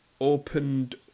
opened